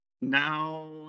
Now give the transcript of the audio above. now